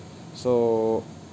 so